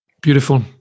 Beautiful